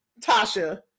Tasha